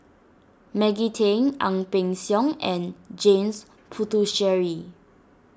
Maggie Teng Ang Peng Siong and James Puthucheary